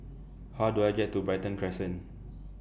How Do I get to Brighton Crescent